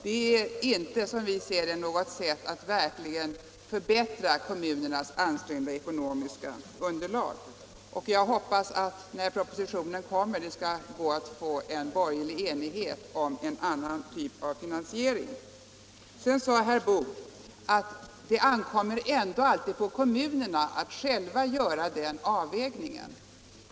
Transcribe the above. Det är inte som vi ser det något sätt att verkligen förbättra kommunernas ansträngda ekonomiska underlag. Jag hoppas att det när propositionen kommer skall gå att få en borgerlig enighet om en annan typ av finansiering. Herr Boo säger att det ändå alltid ankommer på kommunerna att själva göra avvägningen.